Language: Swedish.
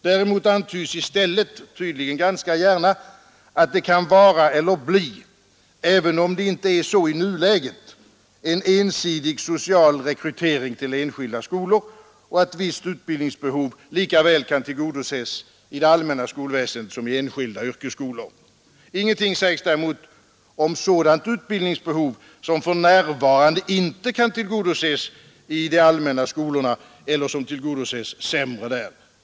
I stället antyds, tydligen ganska gärna, att det kan vara eller bli — även om det inte är så i nuläget — en ensidig social rekrytering till enskilda skolor, och att visst utbildningsbehov lika väl kan tillgodoses i det allmänna skolväsendet som i enskilda yrkesskolor. Däremot sägs ingenting om sådant utbildningsbehov som för närvarande inte kan tillgodoses i de allmänna skolorna eller som tillgodoses sämre där.